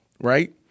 right